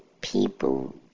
people